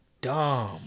dumb